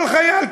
כל חייל,